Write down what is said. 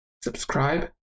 subscribe